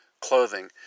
clothing